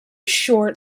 short